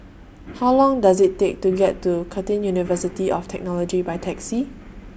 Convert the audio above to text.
How Long Does IT Take to get to Curtin University of Technology By Taxi